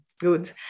Good